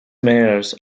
mayors